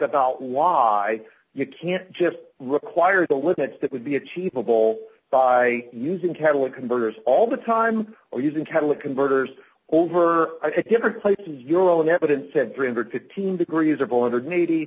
about why you can't just require the limits that would be achievable by using catalin converters all the time or using kettle of converters over a different place and your own evidence said three hundred and fifteen degrees or bordered